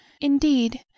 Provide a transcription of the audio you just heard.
Indeed